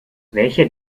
welcher